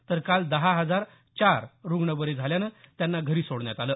तर काल दहा हजार चार रुग्ण बरे झाल्यानं त्यांना घरी सोडण्यात आलं